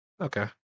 Okay